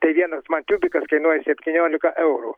tai vienas man tiubikas kainuoja septyniolika eurų